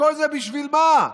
וכל זה בשביל מה?